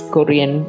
Korean